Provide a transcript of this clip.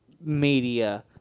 media